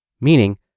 meaning